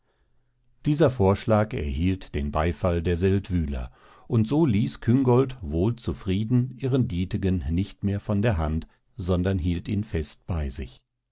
dieser vorschlag erhielt den beifall der seldwyler und so ließ küngolt wohl zufrieden ihren dietegen nicht mehr von der hand sondern hielt ihn fest bei sich